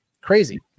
Crazy